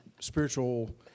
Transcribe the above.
spiritual